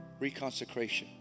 reconsecration